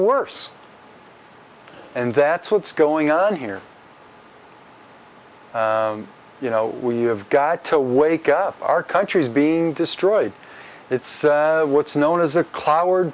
worse and that's what's going on here you know we have got to wake up our country is being destroyed it's what's known as a clo